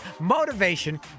Motivation